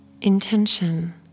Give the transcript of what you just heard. Intention